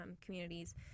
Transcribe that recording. communities